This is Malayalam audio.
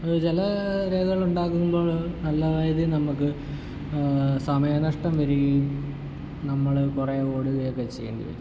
അതു ചില രേഖകളുണ്ടാക്കുമ്പോൾ നല്ലതായരീതിയിൽ നമുക്ക് സമയ നഷ്ട്ടം വരികയും നമ്മൾ കുറെ ഓടുകയൊക്കെ ചെയ്യണ്ടി വരും